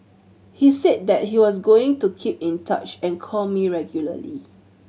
he said that he was going to keep in touch and call me regularly